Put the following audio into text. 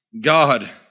God